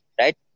right